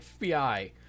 FBI